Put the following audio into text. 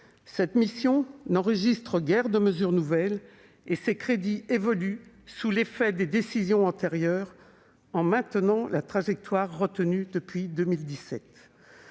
Cette mission n'enregistre guère de mesures nouvelles et ses crédits évoluent sous l'effet des décisions antérieures, la trajectoire retenue depuis 2017